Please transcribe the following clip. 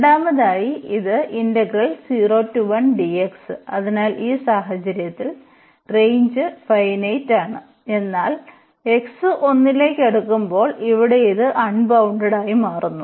രണ്ടാമതായി ഇത് അതിനാൽ ഈ സാഹചര്യത്തിൽ റേഞ്ച് ഫൈനെയ്റ്റ് ആണ് എന്നാൽ x 1 ലേക്ക് അടുക്കുമ്പോൾ ഇവിടെ ഇത് അൺബൌണ്ടഡ് ആയി മാറുന്നു